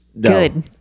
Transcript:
good